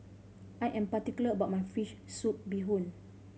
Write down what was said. I am particular about my fish soup bee hoon